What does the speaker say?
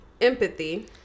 empathy